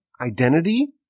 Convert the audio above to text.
identity